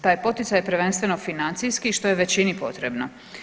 Taj poticaj je prvenstveno financijski i što je većini potrebno.